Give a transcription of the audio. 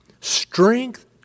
strength